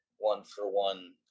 one-for-one